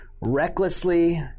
recklessly